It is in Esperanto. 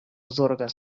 zorgas